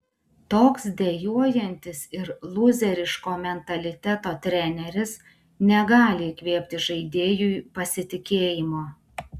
toks dejuojantis ir lūzeriško mentaliteto treneris negali įkvėpti žaidėjui pasitikėjimo